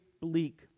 bleak